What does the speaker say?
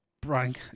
Brian